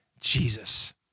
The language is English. Jesus